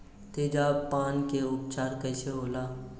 तेजाब पान के उपचार कईसे होला?